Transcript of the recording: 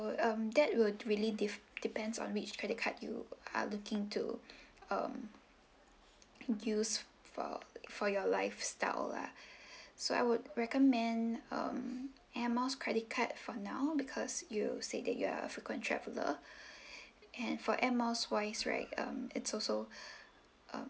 um that would really diff~ depends on which credit card you are looking to um use for for your lifestyle lah so I would recommend um air miles credit card for now because you said that you are a frequent traveller and for air miles wise right um it's also um